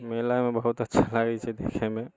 मेलामे बहुत अच्छा लागै छै देखैमे